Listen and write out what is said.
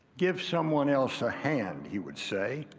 give someone else a hand he would say.